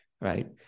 right